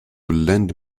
lend